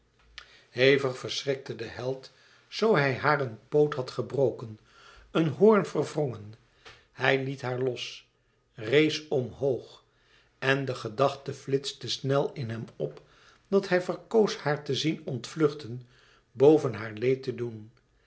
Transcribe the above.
hevig verschrikte de held zoo hij haar een poot had gebroken een hoorn verwrongen hij liet haar los rees omhoog en de gedachte flitste snel in hem op dat hij verkoos haar te zien ontvluchten boven haar leed te doen